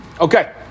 Okay